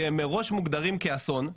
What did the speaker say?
שהם מראש מוגדרים כאסון,